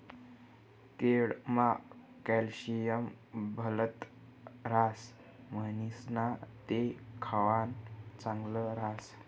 केळमा कॅल्शियम भलत ह्रास म्हणीसण ते खावानं चांगल ह्रास